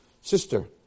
Sister